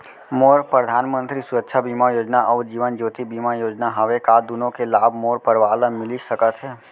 मोर परधानमंतरी सुरक्षा बीमा योजना अऊ जीवन ज्योति बीमा योजना हवे, का दूनो के लाभ मोर परवार ल मिलिस सकत हे?